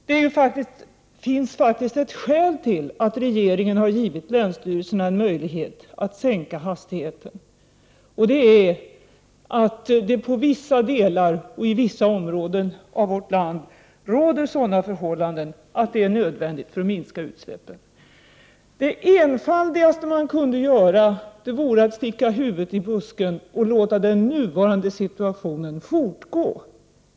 Det finns faktiskt ett skäl till att regeringen har givit länsstyrelserna möjlighet att sänka hastigheten, och det är att det i vissa områden av vårt land råder sådana förhållanden att detta är nödvändigt för att minska utsläppen. Det enfaldigaste man kunde göra vore att sticka huvudet i busken och låta den nuvarande situationen fortgå.